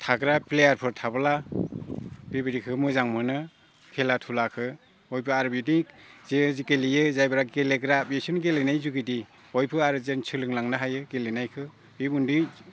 थाग्रा प्लेयारफोर थाबोला बेबिदिखौ मोजां मोनो खेला थुलाखो बयबो आरो बिदि जे गेलेयो जायफोरा गेलेग्रा बिसिनि गेलेनायनि जुगिदि बयबो आरो जों सोलोंलांनो हायो गेलेनायखौ बे मोननै